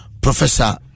professor